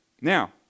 Now